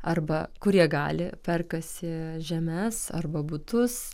arba kur jie gali perkasi žemes arba butus